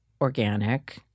organic